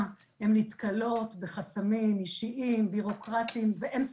הן נתקלות בחסמים אישיים בירוקרטיים ואין ספק,